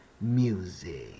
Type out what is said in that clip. music